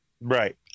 Right